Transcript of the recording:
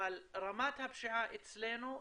אבל רמת הפשיעה אצלנו,